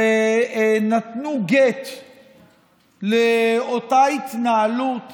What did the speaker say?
ונתנו גט לאותה התנהלות